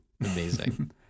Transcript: Amazing